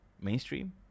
Mainstream